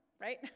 right